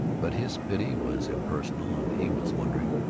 but his pity was impersonal, and he was wondering,